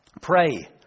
Pray